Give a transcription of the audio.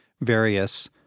various